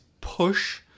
push